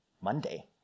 Monday